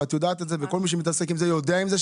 את יודעת את זה וכל מי שמתעסק עם זה יודע את זה,